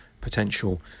potential